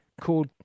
called